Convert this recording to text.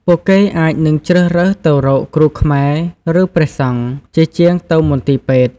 ពួកគេអាចនឹងជ្រើសរើសទៅរក គ្រូខ្មែរ ឬព្រះសង្ឃ ជាជាងទៅមន្ទីរពេទ្យ។